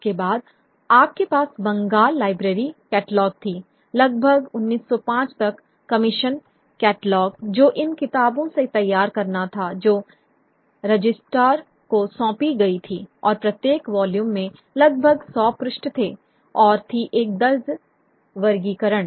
इसके बाद आपके पास बंगाल लाइब्रेरी कैटलॉग थी लगभग 1905 तक कमीशन कैटलॉग जो इन किताबों से तैयार करना था जो रजिस्ट्रार को सौंपी गई थी और प्रत्येक वॉल्यूम में लगभग 100 पृष्ठ थे और थी एक दर्ज वर्गीकरण